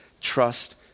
trust